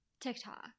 tiktok